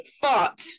thought